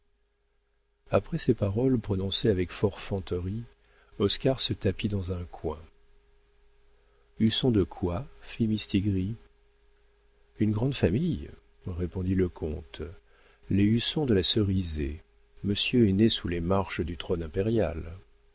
après ces paroles prononcées avec forfanterie oscar se tapit dans un coin husson de quoi fit mistigris une grande famille répondit le comte les husson de la cerisaie monsieur est né sous les marches du trône impérial